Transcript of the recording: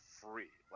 free